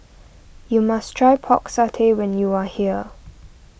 you must try Pork Satay when you are here